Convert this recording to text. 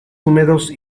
húmedos